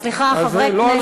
סליחה, חברי הכנסת.